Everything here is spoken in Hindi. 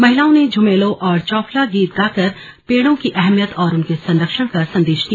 महिलाओं ने झुमेलो और चौफला गीत गाकर पेड़ों की अहमियत और उनके संरक्षण का संदेश दिया